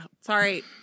Sorry